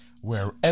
wherever